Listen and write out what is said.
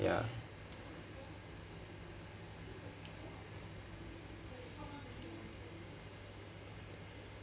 ya